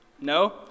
No